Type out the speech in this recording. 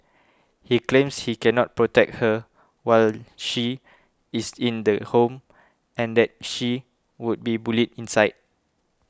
he claims he cannot protect her while she is in the home and that she would be bullied inside